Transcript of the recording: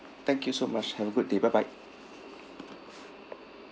thank you so much have a good day bye bye